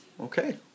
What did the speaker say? Okay